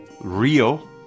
Rio